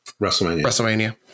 WrestleMania